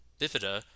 bifida